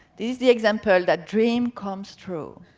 this is the example that dreams come true,